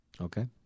Okay